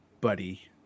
buddy